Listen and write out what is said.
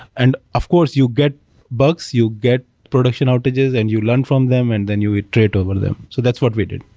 and of course, you get bugs. you get production outages and you learn from them and then you iterate over them. so that's what we did.